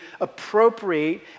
appropriate